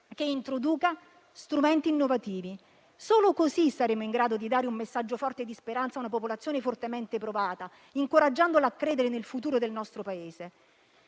che introduca strumenti innovativi. Solo così saremo in grado di dare un messaggio forte di speranza ad una popolazione fortemente provata, incoraggiandola a credere nel futuro del nostro Paese.